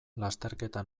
lasterketa